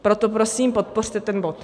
Proto prosím podpořte ten bod.